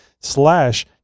slash